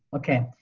okay.